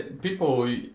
people